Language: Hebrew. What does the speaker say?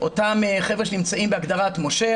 אותם אזרחים שנמצאים בהגדרת מש"ה,